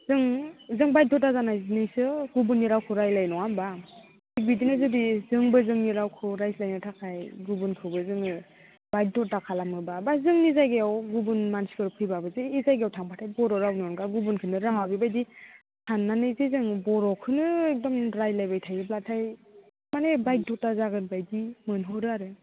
जों जों बायद'था जानायनिसो गुबुननि रावखौ रायज्लायो नङा होमब्ला बिदिनो जुदि जोंबो जोंनि रावखौ रायज्लायनो थाखाय गुबुनखौबो जोङो बायद'था खालामोब्ला बा जोंनि जायगायाव गुबुन मासिफोर फैब्लाबो जे ए जायगायाव थांबाथाय बर' रावनि अनगा गुनखौनो राहा गैयैबादि साननानै जे जों बर'खौनो एखदम रायज्लायबाय थायोब्लाथाय माने बायद'था जागोन बादि मोनहरो आरो